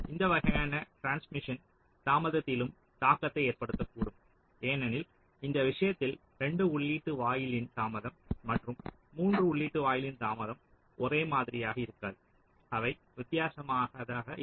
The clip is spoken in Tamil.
இந்த வகையான டிரான்ஸ்மிஷன் தாமதத்திலும் தாக்கத்தை ஏற்படுத்தக்கூடும் ஏனெனில் இந்த விஷயத்தில் 2 உள்ளீட்டு வாயிலின் தாமதம் மற்றும் 3 உள்ளீட்டு வாயிலின் தாமதம் ஒரே மாதிரியாக இருக்காது அவை வித்தியாசமாக இருக்கும்